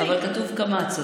אבל כתוב קמץ.